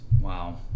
Wow